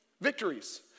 victories